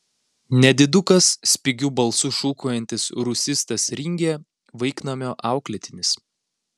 nedidukas spigiu balsu šūkaujantis rusistas ringė vaiknamio auklėtinis